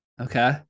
okay